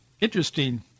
Interesting